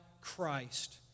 Christ